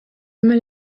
mâle